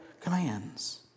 commands